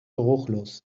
geruchlos